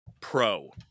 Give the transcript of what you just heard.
pro